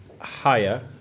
higher